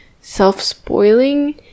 self-spoiling